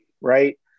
Right